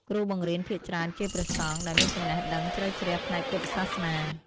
គ្រូបង្រៀនភាគច្រើនជាព្រះសង្ឃដែលមានចំណេះដឹងជ្រៅជ្រះផ្នែកពុទ្ធសាសនា។